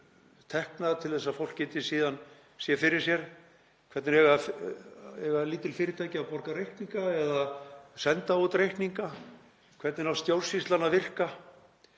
að afla tekna til þess að fólk geti síðan séð fyrir sér? Hvernig eiga lítil fyrirtæki að borga reikninga eða senda út reikninga? Hvernig á stjórnsýslan að virka?